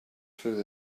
through